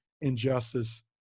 injustice